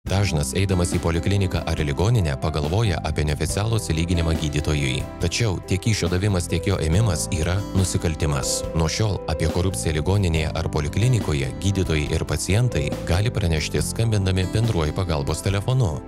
dažnas eidamas į polikliniką ar ligoninę pagalvoja apie neoficialų atlyginimą gydytojui tačiau tiek kyšio davimas tiek jo ėmimas yra nusikaltimas nuo šiol apie korupciją ligoninėje ar poliklinikoje gydytojai ir pacientai gali pranešti skambindami bendruoju pagalbos telefonu